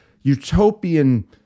utopian